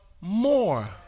more